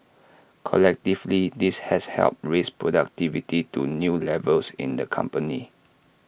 collectively this has helped raise productivity to new levels in the company